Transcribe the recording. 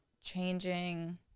changing